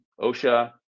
OSHA